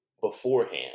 beforehand